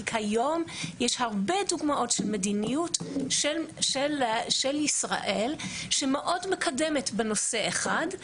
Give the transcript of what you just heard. כי כיום יש הרבה דוגמאות של מדיניות של ישראל שמאוד מקדמת בנושא אחד,